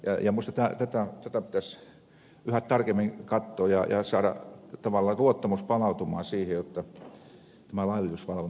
minusta tätä pitäisi yhä tarkemmin katsoa ja saada tavallaan luottamus palautumaan siihen jotta laillisuusvalvonta toimii